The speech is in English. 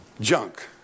junk